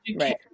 Right